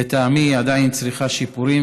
לטעמי היא עדיין צריכה שיפורים,